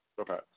Okay